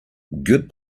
good